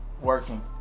Working